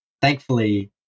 thankfully